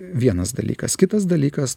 vienas dalykas kitas dalykas